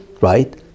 right